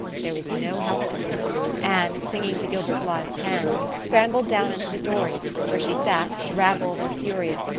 there was no help for it anne, clinging to gilbert blythe's hand, scrambled down into the dory, where she sat, drabbled and furious,